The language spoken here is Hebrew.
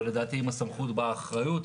ולדעתי עם הסמכות באה האחריות.